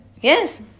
Yes